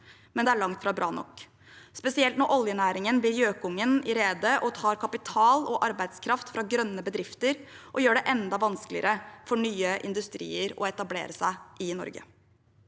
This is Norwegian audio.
en start, men langt fra bra nok, spesielt ikke når oljenæringen blir gjøkungen i redet og tar kapital og arbeidskraft fra grønne bedrifter og gjør det enda vanskeligere for nye industrier å etablere seg i Norge.